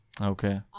Okay